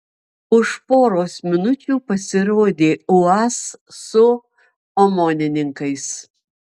už poros minučių pasirodė uaz su omonininkais